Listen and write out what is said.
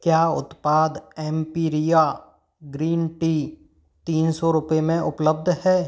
क्या उत्पाद Imperia green tea तीन सौ रूपये में उपलब्ध है